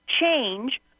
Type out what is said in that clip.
change